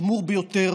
החמור ביותר,